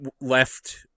left